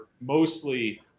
mostly